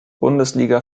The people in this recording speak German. bundesliga